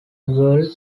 evolved